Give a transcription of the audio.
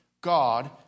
God